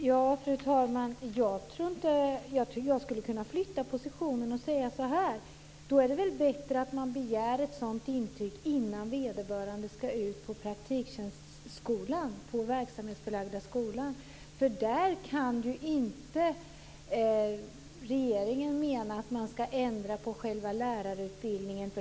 Fru talman! Jag skulle kunna flytta positionen och säga så här: Då är det väl bättre att man begär ett sådant intyg innan vederbörande ska ut på en skola för sin verksamhetsförlagda utbildning. Regeringen kan ju inte mena att man ska ändra på själva lärarutbildningen.